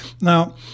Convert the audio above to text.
Now